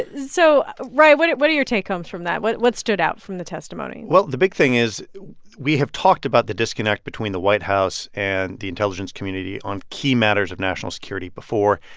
ah so ryan, what what are your take-homes from that? what what stood out from the testimony? well, the big thing is we have talked about the disconnect between the white house and the intelligence community on key matters of national security before.